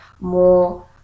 more